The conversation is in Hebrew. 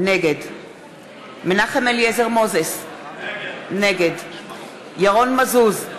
נגד מנחם אליעזר מוזס, נגד ירון מזוז,